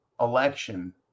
election